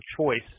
choice